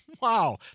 Wow